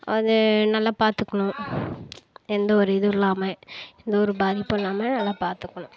அது நல்லா பார்த்துக்கணும் எந்த ஒரு இதுவும் இல்லாம எந்த ஒரு பாதிப்பும் இல்லாம நல்லா பார்த்துக்கணும்